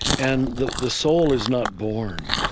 and the the soul is not born.